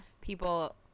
people